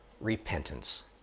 repentance